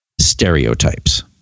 stereotypes